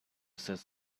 says